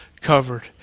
covered